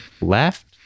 left